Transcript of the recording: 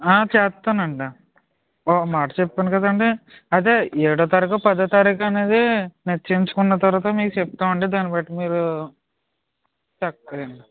చేస్తాను అండి ఒక మాట చెప్పాను కదండీ అదే ఏడవ తారీఖు పదో తారిఖా అనేది నిశ్చయించుకున్న తరువాత మీకు చెప్తాము అండి దాన్ని బట్టి మీరు చెప్పేయండి